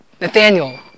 Nathaniel